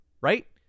right